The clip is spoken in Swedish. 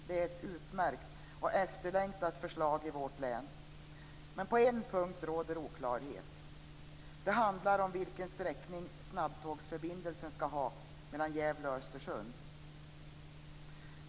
Det är ett utmärkt och efterlängtat förslag vad gäller vårt län men på en punkt råder det oklarhet. Det handlar då om vilken sträckning som snabbtågsförbindelsen mellan Gävle och Östersund skall ha.